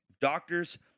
doctors